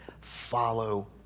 follow